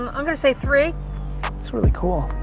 um i'm gonna say three. that's really cool.